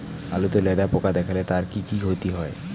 আলুতে লেদা পোকা দেখালে তার কি ক্ষতি হয়?